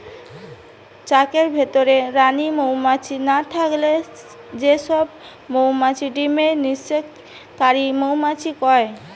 চাকের ভিতরে রানী মউমাছি না থাকলে যে সব মউমাছি ডিমের নিষেক কারি মউমাছি কয়